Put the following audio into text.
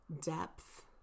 depth